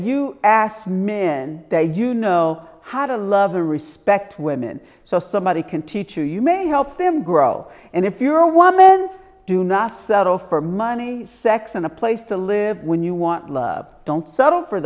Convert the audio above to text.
you ask men they you know how to love and respect women so somebody can teach you you may help them grow and if you're a woman do not settle for money sex and a place to live when you want love don't settle for